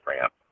ramp